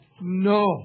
No